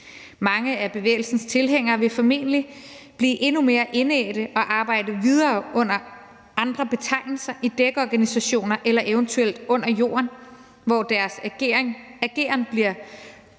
Mange af bevægelsens tilhængere vil formentlig blive endnu mere indædte og arbejde videre under andre betegnelser i dækorganisationer eller eventuelt under jorden, hvor deres ageren bliver